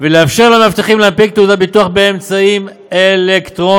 ולאפשר למבטחים להנפיק תעודת ביטוח באמצעים אלקטרוניים,